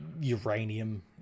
uranium